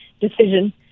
decision